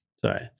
Sorry